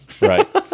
Right